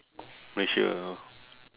malaysia orh